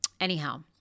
Anyhow